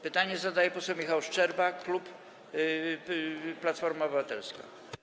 Pytanie zadaje poseł Michał Szczerba, klub Platforma Obywatelska.